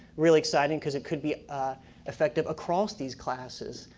really exciting, cuz it could be ah effective across these classes.